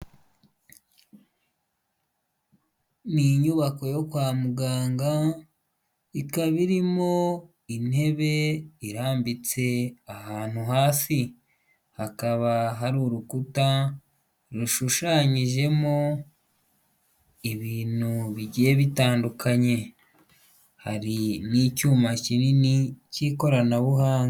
Ni inyubako yo kwa muganga, ikaba irimo intebe irambitse ahantu hafi hakaba hari urukuta rushushanyijemo ibintu bigiye bitandukanye, hari n'icyuma kinini cy'ikoranabuhanga.